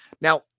Now